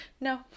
no